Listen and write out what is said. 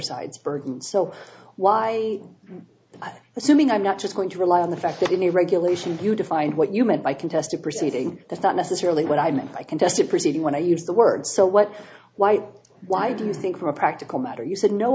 side's burden so why assuming i'm not just going to rely on the fact that in the regulation you defined what you meant by contested proceeding that's not necessarily what i meant by contested proceeding when i used the word so what why why do you think for a practical matter you